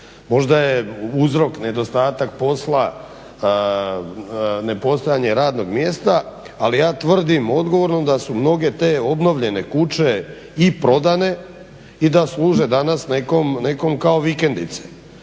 Možda je uzrok nedostatak posla, ne postojanje radnog mjesta, ali ja tvrdim odgovorno da su mnoge te obnovljene kuće i prodane i da služe danas nekom, nekom kao vikendice.